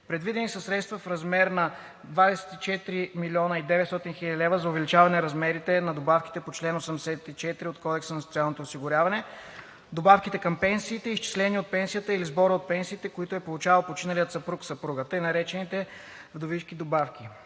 Предвидени са средства в размер на 24 900,0 хил. лв. за увеличаване размерите на добавките по чл. 84 от Кодекса за социално осигуряване – добавките към пенсиите, изчислени от пенсията или сбора от пенсиите, които е получавал починалият съпруг/съпруга (така наречените „вдовишки добавки“).